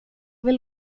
vill